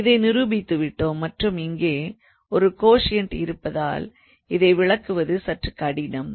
இதை நிரூபித்து விட்டோம் மற்றும் இங்கே ஒரு கோஷியண்ட் இருப்பதால் இதை விளக்குவது சற்று கடினம்